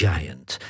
Giant